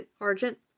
Argent